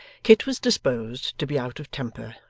kit was disposed to be out of temper,